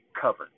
covered